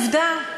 עובדה,